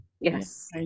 yes